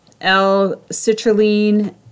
L-citrulline